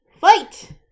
fight